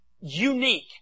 unique